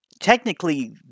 Technically